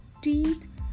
teeth